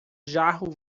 jarro